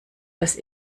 dass